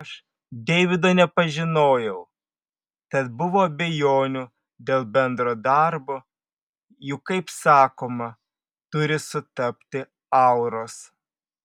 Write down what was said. aš deivido nepažinojau tad buvo abejonių dėl bendro darbo juk kaip sakoma turi sutapti auros